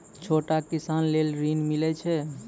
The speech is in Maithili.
छोटा किसान लेल ॠन मिलय छै?